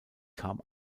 kam